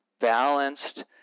balanced